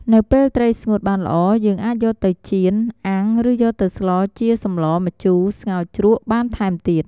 នៅពេលត្រីស្ងួតបានល្អយើងអាចយកទៅចៀន អាំងឬយកទៅស្លជាសម្លម្ជូរ ស្ងោរជ្រក់បានថែមទៀត។